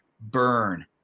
burn